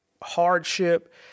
hardship